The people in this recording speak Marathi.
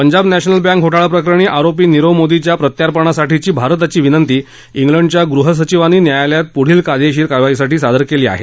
पंजाब नॅशनल बँक घोटाळा प्रकरणी आरोपी नीरव मोदीच्या प्रत्यार्पणासाठीची भारताची विनंती िलंडच्या गृहसचीवांनी न्यायालयात पुढील कायदेशीर कारवाईसाठी सादर केली आहे